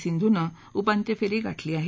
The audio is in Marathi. सिंधूनं उपांत्य फेरी गाठली आहे